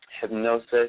hypnosis